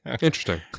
Interesting